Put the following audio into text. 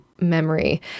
memory